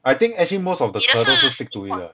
I think actually most of the 壳都是 stick to it 的